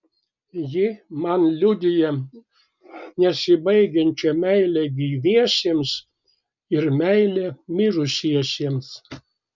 ji man liudija nesibaigiančią meilę gyviesiems ir meilę mirusiesiems